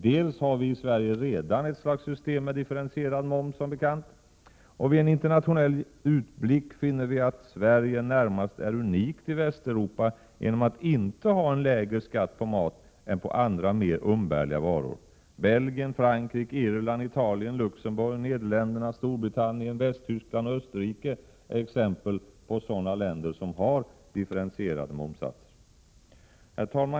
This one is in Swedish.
Dels har vi som bekant i Sverige redan ett slags system med differentierad moms, dels finner man vid en internationell utblick att Sverige närmast är unikt i Västeuropa genom att inte ha en lägre skatt på mat än på andra, mer umbärliga varor. Belgien, Frankrike, Irland, Italien, Luxemburg, Nederländerna, Storbritannien, Västtyskland och Österrike är exempel på sådana länder som har differentierade momssatser. Herr talman!